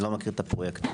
לא מכיר את הפרויקט.